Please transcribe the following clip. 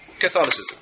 Catholicism